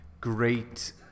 great